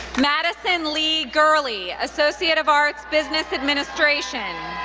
madyson lee gurley, associate of arts, business administration.